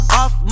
off